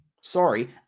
Sorry